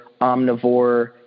omnivore